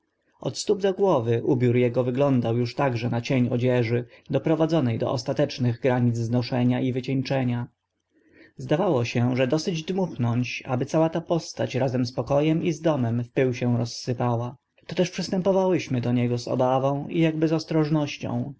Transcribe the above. od stóp do głów ubiór ego wyglądał uż także na cień odzieży doprowadzone do ostatecznych granic znoszenia i wycieńczenia zdawało się że dosyć dmuchnąć aby cała ta postać razem z poko em i z domem w pył się rozsypała toteż przystępowałyśmy do niego z obawą i akby z ostrożnością